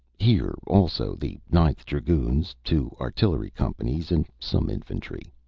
here also the ninth dragoons, two artillery companies, and some infantry.